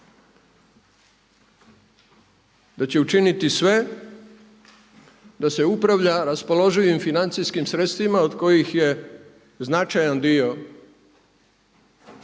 da će učiniti sve da se upravlja raspoloživim financijskim sredstvima od kojih je značajan dio temeljen